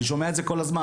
אני שומע את זה כל הזמן,